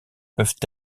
peuvent